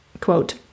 quote